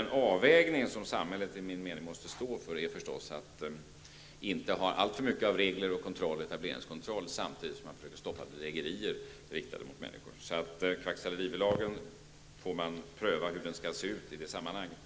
Den avvägning som samhället enligt min mening måste stå för är att inte ha alltför mycket av regler och etableringskontroll samtidigt som man måste stoppa bedrägerier riktade mot människor. Hur kvacksalverilagen skall se ut får man pröva i det sammanhanget.